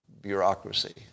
bureaucracy